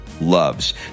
loves